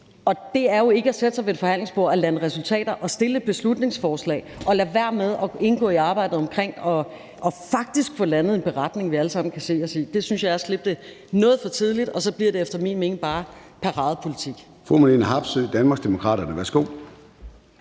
og det er jo ikke at sætte sig ved et forhandlingsbord og lande resultater, at man fremsætter et beslutningsforslag og lader være med at indgå i arbejdet med faktisk at få landet en beretning, vi alle sammen kan se os i. Det synes jeg er at slippe det for tidligt, og så bliver det efter min mening bare paradepolitik.